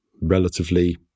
relatively